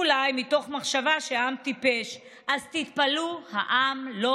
אולי מתוך מחשבה שהעם טיפש.